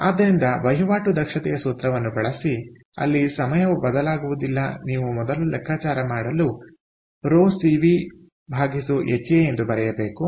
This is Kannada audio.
ಆದ್ದರಿಂದ ವಹಿವಾಟು ದಕ್ಷತೆಯ ಸೂತ್ರವನ್ನು ಬಳಸಿ ಅಲ್ಲಿ ಸಮಯವು ಬದಲಾಗುವುದಿಲ್ಲ ನೀವು ಮೊದಲು ಲೆಕ್ಕಾಚಾರ ಮಾಡಲು ρCv ha ಎಂದು ಬರೆಯಬೇಕು